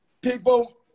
People